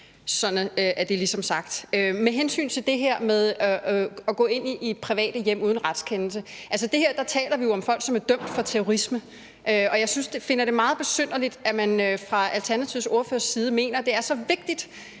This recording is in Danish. Så er det ligesom sagt. Med hensyn til det her med at gå ind i private hjem uden retskendelse vil jeg sige, at vi her altså taler om folk, som er dømt for terrorisme. Og jeg finder det meget besynderligt, at man fra Alternativets ordførers side mener, at det er så vigtigt,